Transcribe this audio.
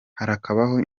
harakabaho